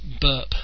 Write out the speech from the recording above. burp